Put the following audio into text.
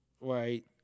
right